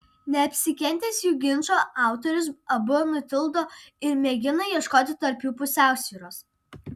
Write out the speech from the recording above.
neapsikentęs jų ginčo autorius abu nutildo ir mėgina ieškoti tarp jų pusiausvyros